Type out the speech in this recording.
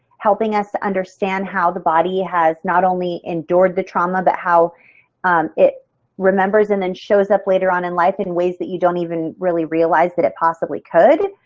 helping us to understand how the body has not only endured the trauma but how it remembers and then shows up later on in life in ways that you don't even really realize that it possibly could,